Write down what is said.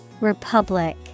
Republic